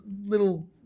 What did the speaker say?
little